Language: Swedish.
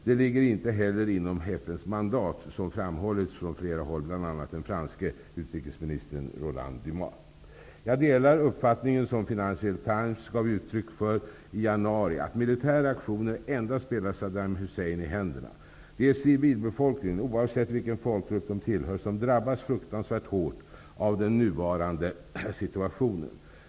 Det ligger inte heller inom FN:s mandat, vilket framhållits från flera håll och bl.a. av den franske utrikesministern Jag delar den uppfattning som Financial Times gav uttryck för i januari, att militära aktioner endast spelar Saddam Hussein i händerna. Det är civilbefolkningen, oavsett vilken folkgrupp de tillhör, som drabbas fruktansvärt hårt av den nuvarande situationen.